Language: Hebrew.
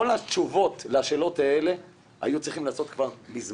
כל התשובות לשאלות האלה היו צריכות להינתן כבר מזמן.